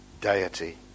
deity